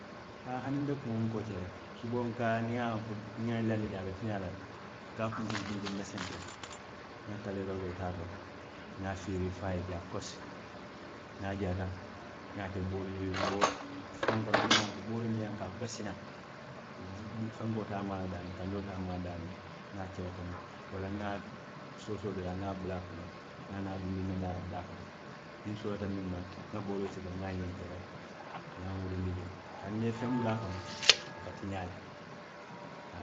Haa hani nte kuŋo n ka wo ke le, suboo n ka a, niŋ n ŋa ñiŋ laandi de a be tiñaa la le, n ka a kuntuŋ kuntuŋ meseŋ ke le, n ŋa kaleeroo loo taa to, n ŋa a fiiriiri fo a ye jaa kosi niŋ a jaata n ŋa a ke booli, boolo n ŋa a ke feŋ kono, miŋ ye a loŋ, booloo miŋ ye a loŋ a buka sinaŋ, fenkoo te a maa la daamiŋ, kandoo te a maa la daamiŋ, n ŋa a ke wo kono, walla n ŋa a soosoo dadaa n ŋa a bula a kono, ŋa dunndi n na laarandaa koto, niŋ n soolata miŋ ma, n ŋa booloo sika n ŋa a ñenkelendi, n ŋa a muruundi jee, kaatu niŋ i ye feŋ bula a kono, a ka tiñaa le haa